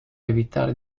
evitare